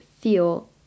feel